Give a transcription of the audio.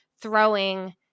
throwing